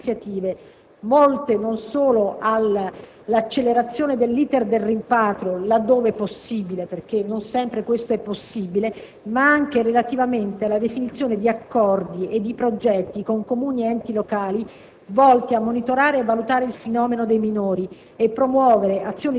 che siede presso il Ministero della solidarietà sociale, ha avviato una serie di iniziative volte non solo all'accelerazione dell'*iter* del rimpatrio, laddove possibile (perché non sempre questo è possibile), ma anche relativamente alla definizione di accordi e di progetti con Comuni ed enti locali,